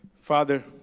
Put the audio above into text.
Father